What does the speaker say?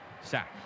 sack